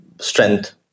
strength